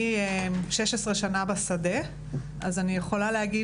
אני 16 שנה בשטח ויכולה להגיד